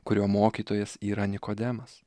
kurio mokytojas yra nikodemas